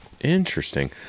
Interesting